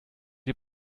die